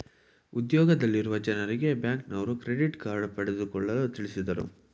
ಉದ್ಯೋಗದಲ್ಲಿರುವ ಜನರಿಗೆ ಬ್ಯಾಂಕ್ನವರು ಕ್ರೆಡಿಟ್ ಕಾರ್ಡ್ ಪಡೆದುಕೊಳ್ಳಲು ತಿಳಿಸಿದರು